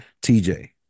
T-J